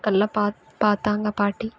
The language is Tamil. நல்லா பாத் பார்த்தாங்க பாட்டி